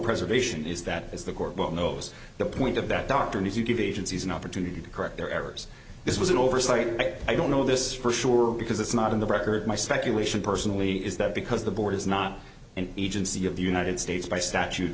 preservation is that is the court but knows the point of that doctor and if you give agencies an opportunity to correct their errors this was an oversight but i don't know this for sure because it's not in the record my speculation personally is that because the board is not and even see of the united states by statute